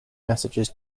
messages